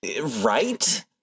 right